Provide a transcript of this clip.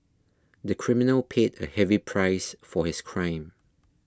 the criminal paid a heavy price for his crime